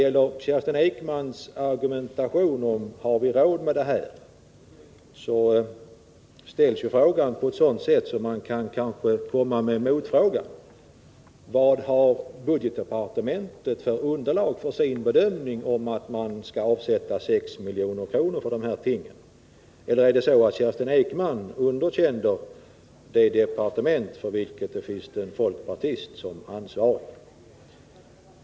När Kerstin Ekman argumenterar genom att ställa frågan om vi har råd med detta, kan man komma med en motfråga: Vad har budgetdepartementet för underlag för sin bedömning att det skall avsättas 6 milj.kr. härför? Eller är det så att Kerstin Ekman underkänner ett departement för vilket en folkpartist är ansvarig?